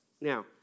Now